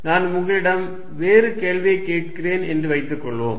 நான் உங்களிடம் வேறு கேள்வியைக் கேட்கிறேன் என்று வைத்துக்கொள்வோம்